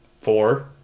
Four